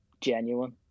genuine